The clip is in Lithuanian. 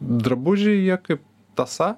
drabužiai jie kaip tąsa